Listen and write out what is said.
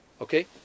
okay